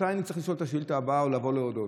מתי אני צריך לשאול את השאילתה הבאה או לבוא להודות?